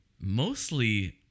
mostly